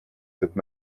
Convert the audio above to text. cette